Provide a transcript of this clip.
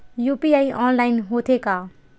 UPI online होथे का?